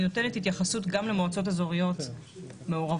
היא נותנת התייחסות גם למועצות אזוריות מעורבות,